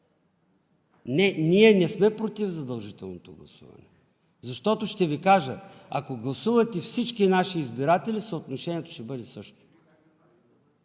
не, ние не сме против задължителното гласуване, защото ще Ви кажа: ако гласуват всички наши избиратели, съотношението ще бъде същото.